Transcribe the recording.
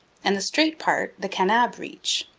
and the straight part the kanab reach,